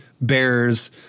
bears